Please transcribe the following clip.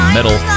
Metal